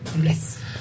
Yes